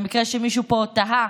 למקרה שמישהו פה תהה,